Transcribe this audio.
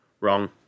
Wrong